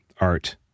art